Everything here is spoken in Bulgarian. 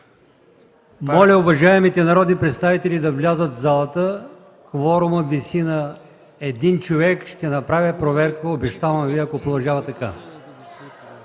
Моля уважаемите народни представители да влязат в залата. кворумът виси на един човек. Ще направя проверка – обещавам ви, ако продължава така.